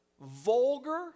vulgar